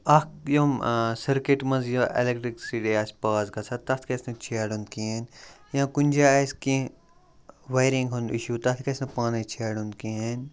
اَکھ یِم سٔرکِٹ منٛز یہِ ایلیکٹرکسِٹی آسہِ پاس گَژھان تَتھ گَژھِ نہٕ چھیڈُن کِہیٖنۍ یا کُنہِ جایہِ آسہِ کینٛہہ وارِنٛگ ہُنٛد اِشوٗ تَتھ گَژھِ نہٕ پانَے چھیڈُن کِہیٖنۍ